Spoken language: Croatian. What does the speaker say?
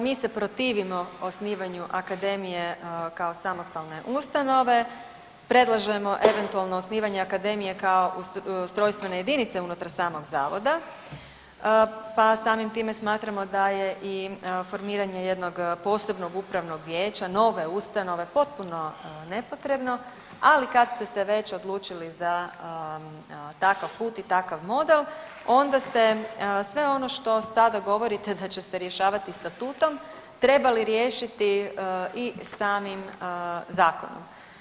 Dakle, mi se protivimo osnivanju akademije kao samostalne ustanove, predlažemo eventualno osnivanje akademije kao ustrojstvene jedinice unutar samog zavoda pa samim time smatramo da je i formiranje jednog posebnog upravnog vijeća, nove ustanove potpuno nepotrebno, ali kad ste se već odlučili za takav put i takav model onda ste sve ono što sada govorite da će se rješavati statutom trebali riješiti i samim zakonom.